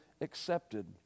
accepted